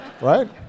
Right